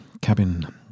cabin